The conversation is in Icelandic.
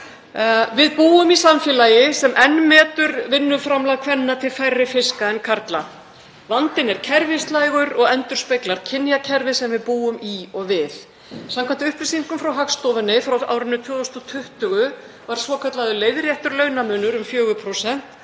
Við búum í samfélagi sem enn metur vinnuframlag kvenna til færri fiska en karla. Vandinn er kerfislægur og endurspeglar kynjakerfið sem við búum í og við. Samkvæmt upplýsingum frá Hagstofunni frá árinu 2020 var svokallaður leiðréttur launamunur um 4%